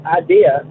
idea